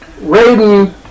Raiden